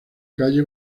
calle